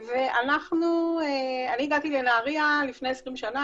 אני הגעתי לנהריה לפני 20 שנה,